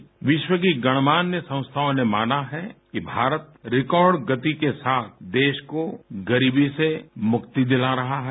श्री मोदी ने कहा कि विश्व की गणमान्य संस्थाओं ने माना है कि भारत रिकॉर्ड गति के साथ देश को गरीबी से मुक्ति दिला रहा है